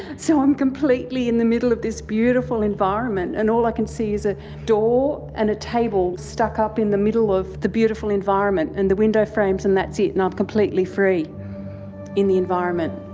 so i'm completely in the middle of this beautiful environment, and all i can see is a door and a table stuck up in the middle of the beautiful environment and the window frames and that's it and i'm completely free in the environment.